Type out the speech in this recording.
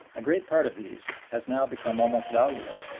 a great part of these has now become almost valueless,